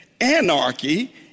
Anarchy